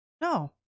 No